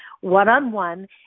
one-on-one